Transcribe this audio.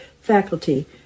faculty